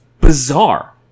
bizarre